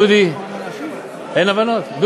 דודי, אין הבנות?